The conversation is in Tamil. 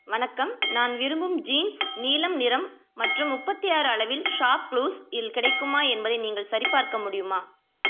வணக்கம் நான் விரும்பும் ஜீன்ஸ் நீலம் நிறம் மற்றும் முப்பத்தி ஆறு அளவில் ஷாப்குளூஸ் இல் கிடைக்குமா என்பதை நீங்கள் சரிபார்க்க முடியுமா